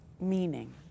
Meaning